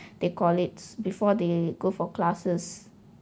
they call it's before they go for classes